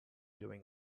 doing